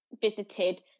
visited